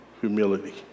humility